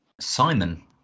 Simon